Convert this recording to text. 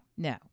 No